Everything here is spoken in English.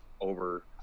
over